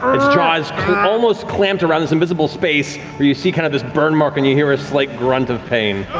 its jaws almost clamped around this invisible space where you see kind of this burn mark and you hear a slight grunt of pain.